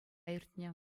иртнӗ